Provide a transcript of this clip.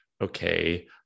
okay